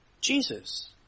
Jesus